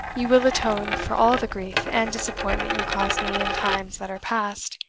you will atone for all the grief and disappointment you caused me in times that are past,